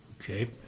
Okay